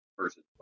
versus